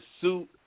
suit